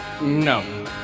No